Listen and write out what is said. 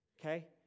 okay